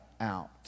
out